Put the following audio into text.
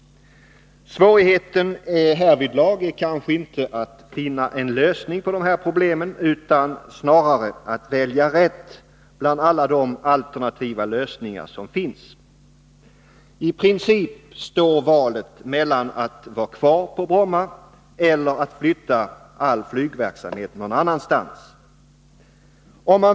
Svårigheten härvidlag är kanske inte att finna en lösning på detta problem utan snarare att välja rätt bland alla de alternativa lösningar som finns. I princip står valet mellan att vara kvar på Bromma eller att flytta all flygverksamhet någon annanstans.